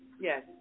Yes